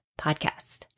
Podcast